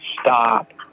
stop